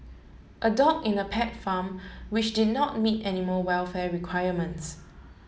a dog in a pet farm which did not meet animal welfare requirements